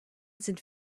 sind